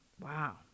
Wow